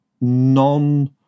non